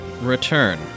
Return